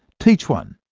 teach one.